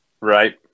Right